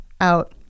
out